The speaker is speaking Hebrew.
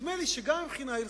נדמה לי שגם מבחינה הלכתית,